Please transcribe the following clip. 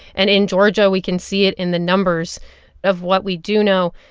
and in georgia, we can see it in the numbers of what we do know.